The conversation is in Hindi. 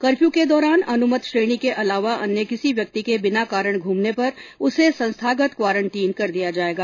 कर्फ्यू के दौरान अनुमत श्रेणी के अलावा अन्य किसी व्यक्ति के बिना कारण घूमने पर उसे संस्थागत क्वारेन्टीन कर दिया जायेगा